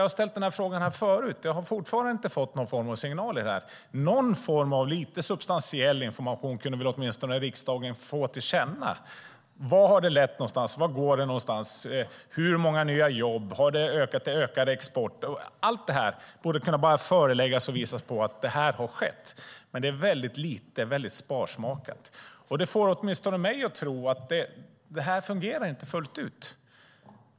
Jag har ställt frågan här förut, men jag har fortfarande inte fått någon form av signal. Åtminstone någon form av substantiell information kunde väl komma riksdagen till känna. Vart har det lett någonstans? Vart går det? Hur många nya jobb har det blivit? Ökar exporten? Allt det här borde kunna föreläggas och förevisas, men det är väldigt lite, väldigt sparsmakat, och det får åtminstone mig att tro att det här inte fungerar fullt ut.